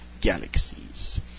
Galaxies